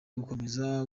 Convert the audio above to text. gukomeza